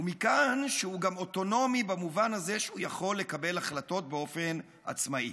ומכאן שהוא גם אוטונומי במובן הזה שהוא יכול לקבל החלטות באופן עצמאי.